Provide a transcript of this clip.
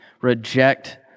reject